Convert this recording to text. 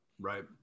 Right